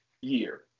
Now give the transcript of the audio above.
year